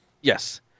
Yes